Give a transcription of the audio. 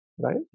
Right